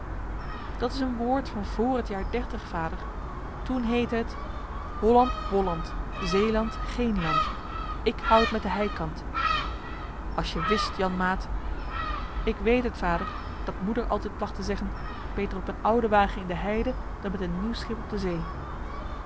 dat is een woord van vr het jaar dertig vader toen heette het holland bolland zeeland geen land ik hou het met den heikant als je wist janmaat ik weet vader dat moeder altijd plagt te zeggen beter op een ouden wagen in de heide dan met een nieuw schip op de zee